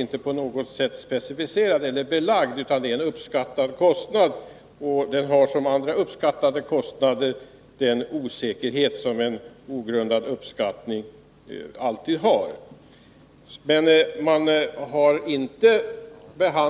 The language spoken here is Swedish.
inte på något sätt är specificerad eller belagd i rapporten. Det är en uppskattad siffra, och den har samma osäkerhet som ogrundade 67 uppskattningar alltid har.